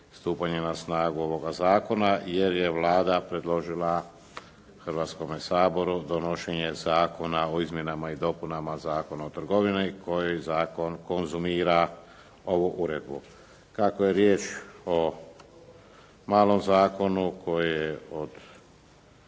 na snagu ovoga zakona, jer je Vlada predložila Hrvatskome saboru donošenje Zakona o izmjenama i dopunama Zakona o trgovini koji zakon konzumira ovu uredbu. Kako je riječ o malom zakonu koji je od